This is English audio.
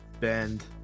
bend